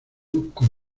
con